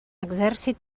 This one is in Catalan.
exèrcit